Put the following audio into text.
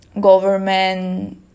government